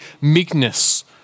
meekness